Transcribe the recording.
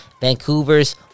Vancouver's